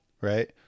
Right